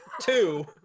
Two